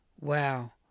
wow